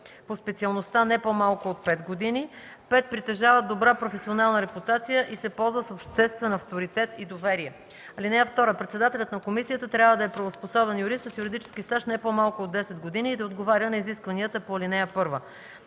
по специалността не по-малко от 5 години; 5. притежава добра професионална репутация и се ползва с обществен авторитет и доверие. (2) Председателят на комисията трябва да е правоспособен юрист с юридически стаж не по-малко от 10 години и да отговаря на изискванията по ал. 1.